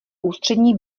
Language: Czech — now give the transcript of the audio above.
ústřední